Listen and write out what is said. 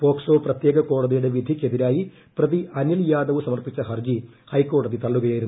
POCSO പ്രത്യേക കോടതിയുടെ വിധിക്കെതിരായി പ്രതി അനിൽ യാദവ് സമർപ്പിച്ച ഹർജി ഹൈക്കോടതി തള്ളുകയായിരുന്നു